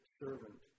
servant